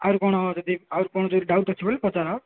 ଆହୁରି କ'ଣ ଯଦି ଆହୁରି କ'ଣ ଯଦି ଡାଉଟ୍ ଅଛି ବୋଲି ପଚାର